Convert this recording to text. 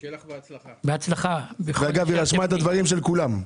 דרך אגב, היא רשמה את הדברים של כולם.